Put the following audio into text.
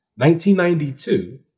1992